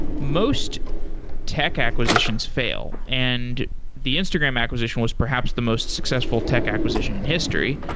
most tech acquisitions fail. and the instagram acquisition was perhaps the most successful tech acquisition in history.